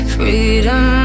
Freedom